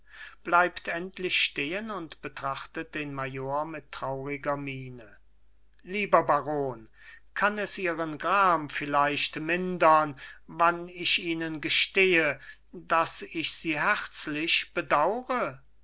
lieber baron kann es ihren gram vielleicht mindern wenn ich ihnen gestehe daß ich sie herzlich bedaure